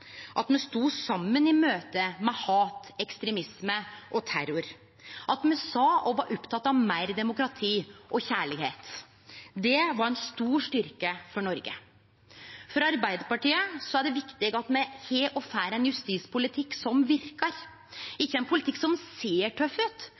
at me stod saman i møtet med hat, ekstremisme og terror, at me sa og var opptekne av meir demokrati og kjærleik. Det var ein stor styrke for Noreg. For Arbeidarpartiet er det viktig at me har og får ein justispolitikk som verkar,